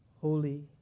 holy